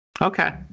Okay